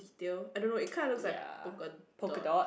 still I don't know it kinda looks like polka dot